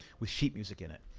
with sheet music in it,